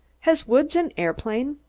has woods an aeroplane?